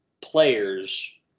players